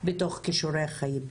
בתוך כישורי חיים,